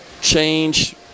change